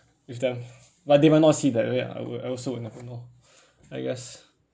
with them but they might not see that way ah I will I also will never know I guess